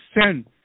sin